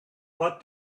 but